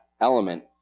element